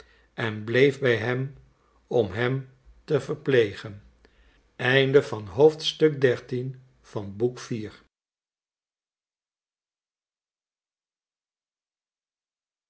en bleef bij hem om hem te verplegen